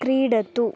क्रीडतु